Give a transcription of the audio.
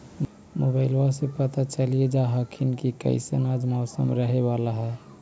मोबाईलबा से पता चलिये जा हखिन की कैसन आज मौसम रहे बाला है?